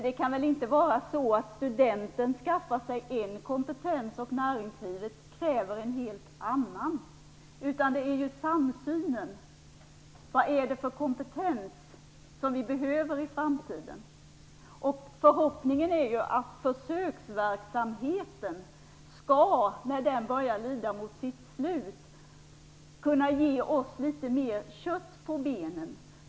Det kan väl inte vara så att studenten skaffar sig ett slags kompetens medan näringslivet kräver en helt annan? I stället behövs en samsyn på vilken kompetens behöver vi i framtiden. Förhoppningen är att försöksverksamheten när den börjar lida mot sitt slut skall kunna ge oss mer kött på benen.